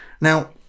Now